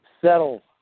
settle